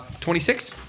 26